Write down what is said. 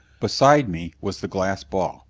beside me was the glass ball,